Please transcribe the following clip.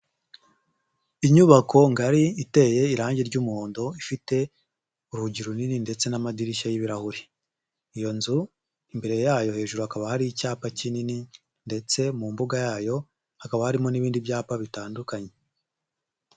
Inyubako ngari iteye irangi ry'umuhondo ifite urugi runini ndetse n'amadirishya y'ibirahuri, iyo nzu imbere yayo hejuru hakaba hari icyapa kinini ndetse mu mbuga yayo hakaba harimo n'ibindi byapa bitandukanye.